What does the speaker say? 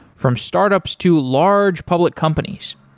from startups to large public companies.